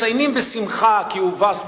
מציינים בשמחה כי הובס במסצ'וסטס,